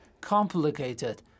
complicated